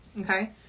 okay